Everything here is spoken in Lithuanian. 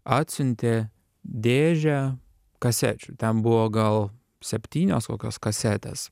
atsiuntė dėžę kasečių ten buvo gal septynios kokios kasetės